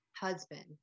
husband